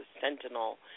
Sentinel